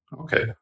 Okay